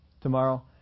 tomorrow